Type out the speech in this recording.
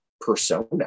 persona